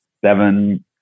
seven